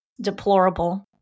deplorable